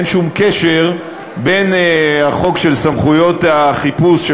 אין שום קשר בין החוק של סמכויות החיפוש של